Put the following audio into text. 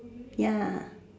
ya